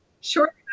Sure